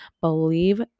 believe